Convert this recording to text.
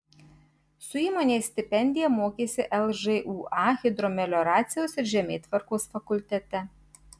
su įmonės stipendija mokėsi lžūa hidromelioracijos ir žemėtvarkos fakultete